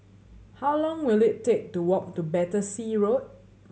how long will it take to walk to Battersea Road